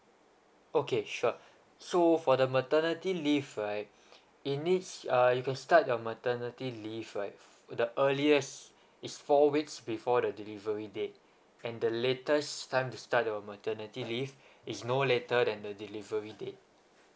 okay sure so for the maternity leave right it needs uh you can start your maternity leave right the earliest is four weeks before the delivery date and the latest time to start your maternity leave is no later than the delivery date